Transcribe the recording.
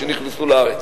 שנכנסו לארץ,